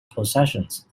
possessions